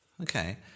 Okay